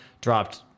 dropped